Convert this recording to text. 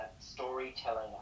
storytelling